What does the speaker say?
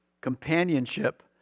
Companionship